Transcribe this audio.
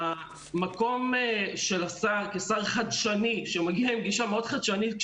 המקום של השר כשר חדשני שמגיע עם גישה מאוד חדשנית,